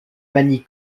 magny